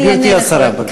גברתי השרה, בבקשה.